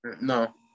no